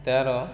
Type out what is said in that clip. ତା'ର